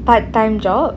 part time job